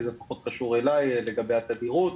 זה פחות קשור אליי לגבי התדירות